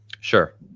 Sure